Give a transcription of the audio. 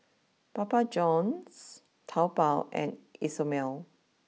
Papa Johns Taobao and Isomil